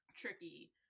tricky